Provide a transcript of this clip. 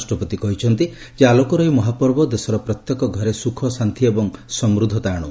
ରାଷ୍ଟ୍ରପତି କହିଛନ୍ତି ଯେ ଆଲୋକର ଏହି ମହାପର୍ବ ଦେଶର ପ୍ରତ୍ୟେକ ଘରେ ସୁଖ ଶାନ୍ତି ଏବଂ ସମୃଦ୍ଧତା ଆଣୁ